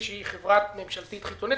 לחברה ממשלתית חיצונית,